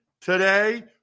today